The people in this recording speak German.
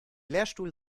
lehrstuhl